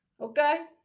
okay